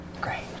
great